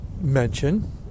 mention